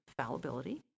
fallibility